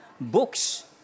books